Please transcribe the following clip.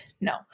no